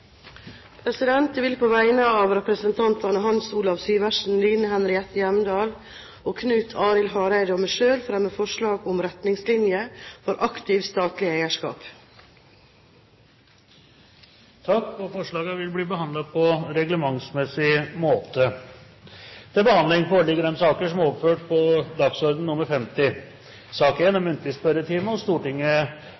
Jeg vil på vegne av representantene Hans Olav Syversen, Line Henriette Hjemdal, Knut Arild Hareide og meg selv fremme forslag om retningslinjer for aktivt statlig eierskap. Forslagene vil bli behandlet på reglementsmessig måte.